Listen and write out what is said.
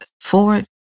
forward